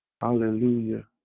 Hallelujah